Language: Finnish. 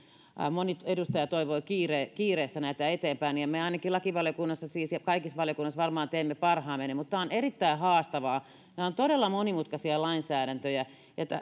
moni edustaja toivoi kiireessä kiireessä näitä eteenpäin me siis ainakin lakivaliokunnassa ja varmaan kaikissa valiokunnissa teemme parhaamme mutta tämä on erittäin haastavaa nämä ovat todella monimutkaisia lainsäädäntöjä